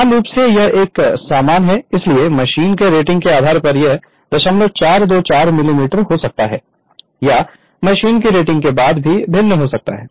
समान रूप से यह एक समान है इसलिए मशीन की रेटिंग के आधार पर यह 0424 मिलीमीटर हो सकता है या मशीन की रेटिंग के बाद भी भिन्न हो सकता है